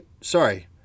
sorry